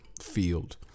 field